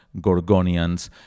gorgonians